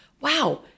Wow